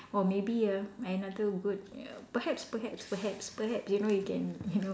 or maybe ah another good err perhaps perhaps perhaps perhaps you know you can you know